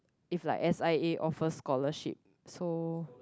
if like S_I_A offer scholarship so